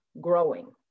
growing